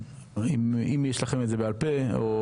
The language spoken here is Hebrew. אם יש לכם את זה בעל פה, או